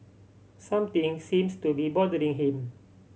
something seems to be bothering him